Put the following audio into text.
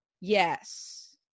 Yes